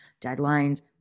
Deadlines